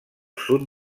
sud